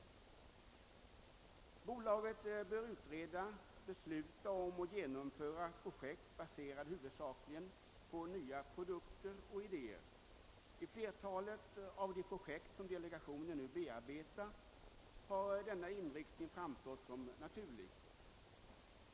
Bolaget bör utreda, besluta om och genomföra projekt, baserade huvudsakligen på nya produkter och idéer. I flertalet av de projekt som delegationen nu bearbetar har denna inriktning framstått som naturlig.